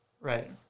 Right